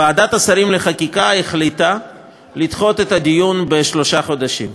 ועדת השרים לחקיקה החליטה לדחות את הדיון בשלושה חודשים.